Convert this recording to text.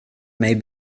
may